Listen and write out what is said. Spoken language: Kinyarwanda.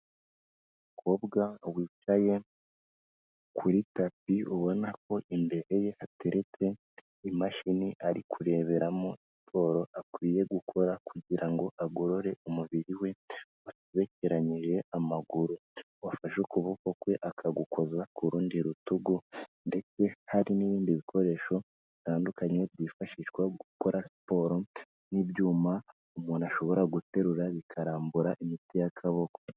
Umukobwa wicaye kuri tapi, ubona ko imbere ye hateretse imashini ari kureberamo siporo akwiye gukora kugira agorore umubiri we, wagerekeranyije amaguru, wafashe ukuboko kwe akagukoza ku rundi rutugu ndetse hari n'ibindi bikoresho bitandukanye byifashishwa mu gukora siporo n'ibyuma umuntu ashobora guterura bikarambura imitsi y'akaboko.